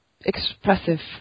expressive